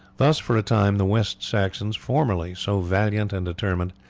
thus for a time the west saxons, formerly so valiant and determined,